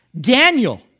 Daniel